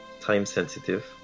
time-sensitive